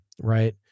Right